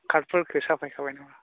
कार्दफोरखौ साफायखाबाय नामा